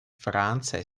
франция